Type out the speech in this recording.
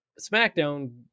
SmackDown